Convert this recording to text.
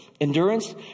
endurance